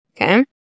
okay